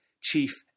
chief